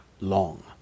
long